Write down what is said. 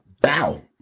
Bow